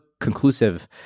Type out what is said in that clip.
conclusive